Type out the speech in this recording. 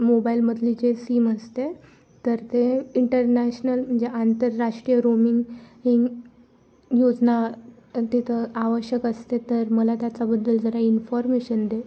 मोबाईलमधले जे सीम असते तर ते इंटरनॅशनल म्हणजे आंतरराष्ट्रीय रोमिंग हिंग योजना तिथं आवश्यक असते तर मला त्याच्याबद्दल जरा इन्फॉर्मेशन दे